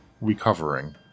recovering